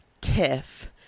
tiff